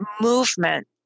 movement